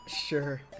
Sure